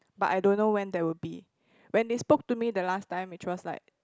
but I don't know when that will be when the spoke to me the last time which was like